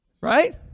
right